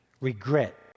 regret